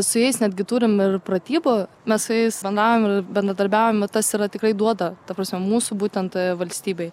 su jais netgi turim ir pratybų mes su jais bendravom bendradarbiaujame tas yra tikrai duoda ta prasme mūsų būtent valstybei